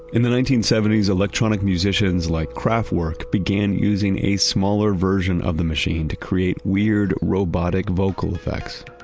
in the nineteen seventy s electronic musicians, like craftwork, began using a smaller version of the machine to create weird robotic vocal effects